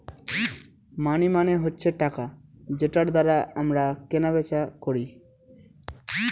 মানি মানে হচ্ছে টাকা যেটার দ্বারা আমরা কেনা বেচা করি